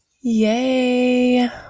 yay